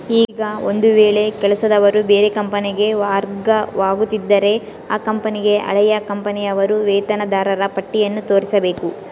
ಈಗ ಒಂದು ವೇಳೆ ಕೆಲಸದವರು ಬೇರೆ ಕಂಪನಿಗೆ ವರ್ಗವಾಗುತ್ತಿದ್ದರೆ ಆ ಕಂಪನಿಗೆ ಹಳೆಯ ಕಂಪನಿಯ ಅವರ ವೇತನದಾರರ ಪಟ್ಟಿಯನ್ನು ತೋರಿಸಬೇಕು